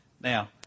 Now